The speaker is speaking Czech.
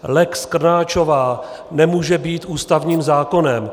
Lex Krnáčová nemůže být ústavním zákonem.